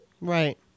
Right